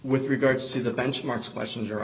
with regards to the benchmarks questions